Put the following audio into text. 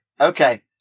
Okay